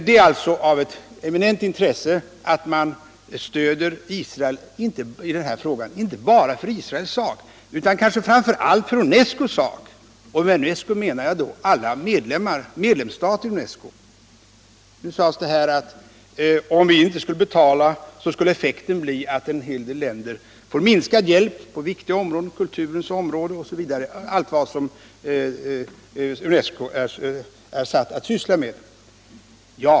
Det är alltså av eminent intresse att man stöder Israel i den här frågan, inte bara för Israels skull utan framför allt för UNESCO:s skull. Med UNESCO menar jag då alla medlemsstater. Nu har det sagts här att om vi inte skulle betala till UNESCO, så skulle en hel del länder få minskad hjälp på kulturens och andra områden, som UNESCO är satt att syssla med.